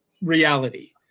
reality